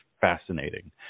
fascinating